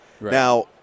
Now